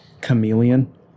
Chameleon